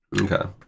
Okay